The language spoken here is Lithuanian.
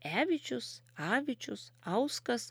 evičius avičius auskas